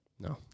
No